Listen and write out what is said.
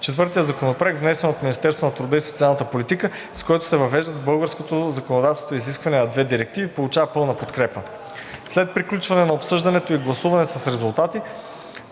Четвъртият законопроект, внесен от Министерството на труда и социалната политика, с който се въвеждат в българското законодателство изискванията на двете директиви, получи пълна подкрепа. След приключване на обсъждането и гласуване с резултати: